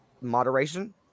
Moderation